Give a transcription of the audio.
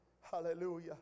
hallelujah